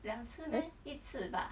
eh